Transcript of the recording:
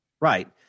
Right